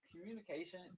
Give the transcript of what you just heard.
Communication